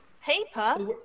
Paper